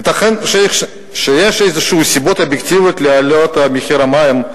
ייתכן שיש איזשהן סיבות אובייקטיביות להעלאת מחיר המים,